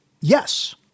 Yes